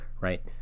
right